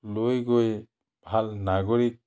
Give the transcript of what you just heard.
লৈ গৈ ভাল নাগৰিক